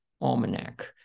almanac